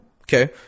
okay